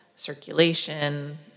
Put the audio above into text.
circulation